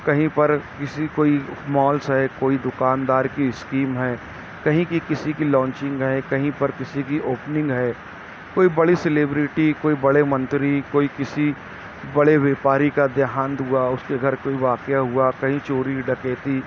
کہیں پر کسی کوئی مالس ہے کوئی دکاندار کی اسکیم ہے کہیں کی کسی کی لانچنگ ہے کہیں پر کسی کی اوپننگ ہے کوئی بڑی سلیبرٹی کوئی بڑے منتری کوئی کسی بڑے ویپاری کا دیہانت ہوا اس کے گھر کوئی واقعہ ہوا کہیں چوری ڈکیتی